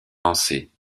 lancés